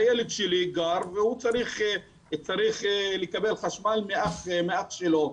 הילד שלי גר והוא צריך לקבל חשמל מאח שלו,